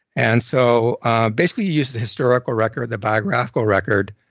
and so ah basically use the historical record, the biographical record,